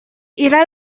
irá